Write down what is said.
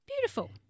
Beautiful